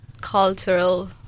cultural